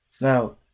Now